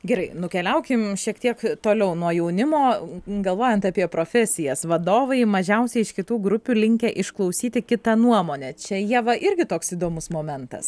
gerai nukeliaukim šiek tiek toliau nuo jaunimo galvojant apie profesijas vadovai mažiausiai iš kitų grupių linkę išklausyti kitą nuomonę čia ieva irgi toks įdomus momentas